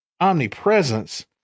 Omnipresence